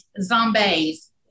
zombies